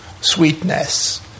sweetness